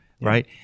right